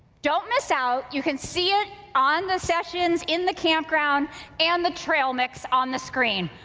don't miss out, you can see it on the sessions in the camp ground and the trailmix on the screen.